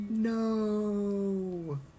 No